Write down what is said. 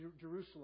Jerusalem